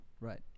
right